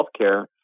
healthcare